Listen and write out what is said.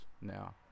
now